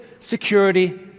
security